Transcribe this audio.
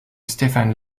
stephen